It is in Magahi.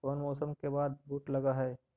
कोन मौसम के बाद बुट लग है?